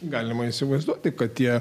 galima įsivaizduoti kad tie